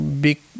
big